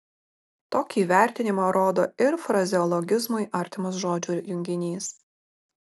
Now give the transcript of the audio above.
tokį vertinimą rodo ir frazeologizmui artimas žodžių junginys